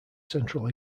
central